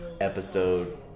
Episode